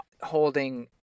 Holding